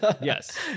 yes